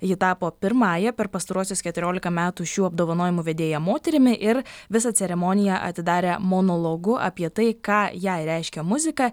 ji tapo pirmąja per pastaruosius keturiolika metų šių apdovanojimų vedėja moterimi ir visą ceremoniją atidarė monologu apie tai ką jai reiškia muzika